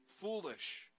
foolish